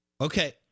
Okay